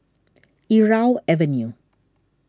Irau Avenue